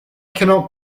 cannot